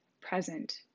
present